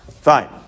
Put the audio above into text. fine